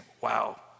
wow